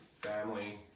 family